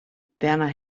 werner